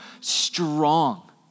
strong